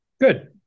Good